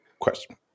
question